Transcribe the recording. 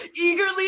eagerly